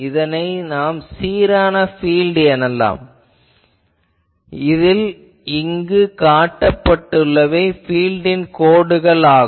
இதை சீரான பீல்ட் எனக் கருதுவோம் இதில் இங்கு காட்டப்பட்டுள்ளவை பீல்ட்டின் கோடுகள் ஆகும்